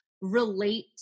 relate